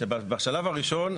שבשלב הראשון,